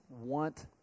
want